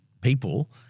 people